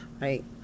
right